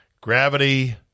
Gravity